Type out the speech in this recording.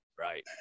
Right